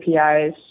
APIs